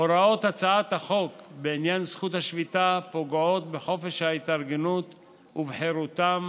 הוראות הצעת החוק בעניין זכות השביתה פוגעות בחופש ההתארגנות ובחירותם